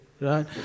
Right